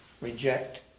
reject